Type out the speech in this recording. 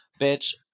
bitch